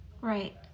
Right